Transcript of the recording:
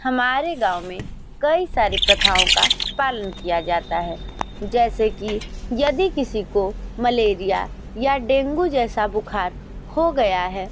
हमारे गाँव में कई सारी प्रथाओं का पालन किया जाता है जैसे कि यदि किसी को मलेरिया या डेंगू जैसा बुखार हो गया है